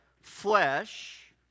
flesh